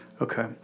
Okay